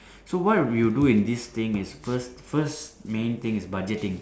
so what we would do in this thing is first first main thing is budgeting